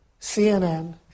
CNN